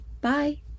Bye